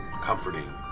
comforting